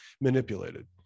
manipulated